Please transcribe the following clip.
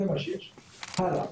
הלאה.